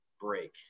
break